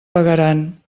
pagaran